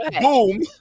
Boom